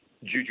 Juju